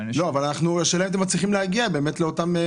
השאלה אם אתם מצליחים להגיע אליהם?